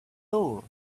all